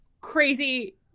crazy